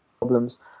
problems